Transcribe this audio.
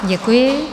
Děkuji.